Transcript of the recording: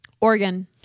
Oregon